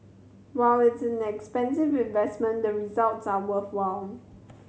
while it's an expensive investment the results are worthwhile